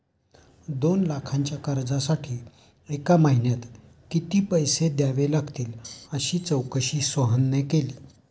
दोन लाखांच्या कर्जासाठी एका महिन्यात किती पैसे द्यावे लागतील अशी चौकशी सोहनने केली